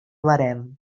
barem